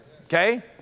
Okay